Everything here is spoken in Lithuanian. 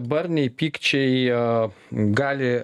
barniai pykčiai gali